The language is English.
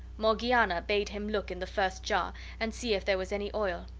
morgiana bade him look in the first jar and see if there was any oil.